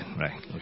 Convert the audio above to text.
Right